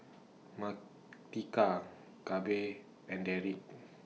Martika Gabe and Derik